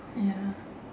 ya